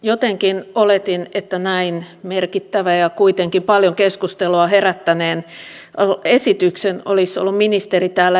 jotenkin oletin että näin merkittävän ja kuitenkin paljon keskustelua herättäneen esityksen olisi ollut ministeri täällä esittelemässä